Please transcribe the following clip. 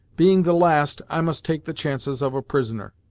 being the last, i must take the chances of a prisoner.